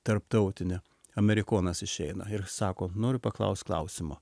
tarptautinę amerikonas išeina ir sako noriu paklaust klausimo